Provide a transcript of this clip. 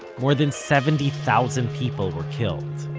more than seventy thousand people were killed,